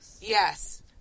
Yes